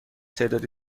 تعدادی